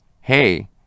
hey